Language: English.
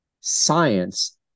science